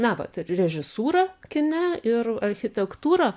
na vat ir režisūra kine ir architektūra